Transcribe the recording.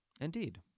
Indeed